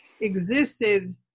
existed